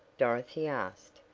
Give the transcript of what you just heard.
dorothy asked,